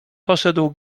poszedł